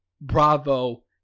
bravo